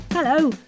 Hello